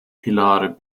pilar